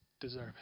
deserve